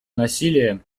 насилия